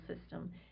system